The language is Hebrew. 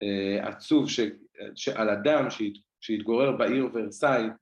עצוב שעל אדם שהתגורר בעיר ורסאי